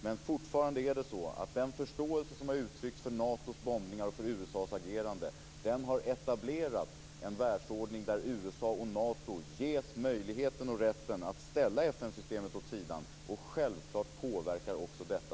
Men fortfarande menar jag att den förståelse som har uttryckts för Natos bombningar och för USA:s agerande har etablerat en världsordning där USA och Nato ges möjligheten och rätten att ställa FN systemet åt sidan. Självklart påverkar också detta